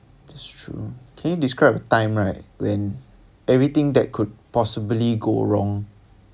that's true can you describe a time right when everything that could possibly go wrong